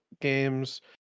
games